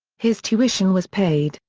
his tuition was paid,